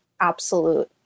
absolute